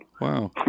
Wow